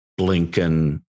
Blinken